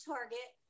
Target